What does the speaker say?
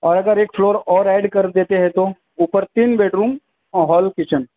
اور اگر ایک فلور اور ایڈ کر دیتے ہیں تو اوپر تین بیڈ روم اور ہال کچن